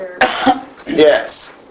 yes